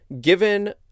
given